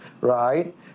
right